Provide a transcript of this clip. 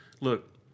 look